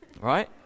Right